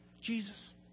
Jesus